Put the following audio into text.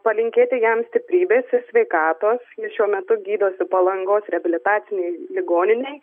palinkėti jam stiprybės ir sveikatos jis šiuo metu gydosi palangos reabilitacinėj ligoninėj